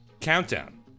countdown